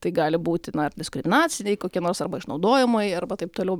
tai gali būti diskriminaciniai kokie nors arba išnaudojamai arba taip toliau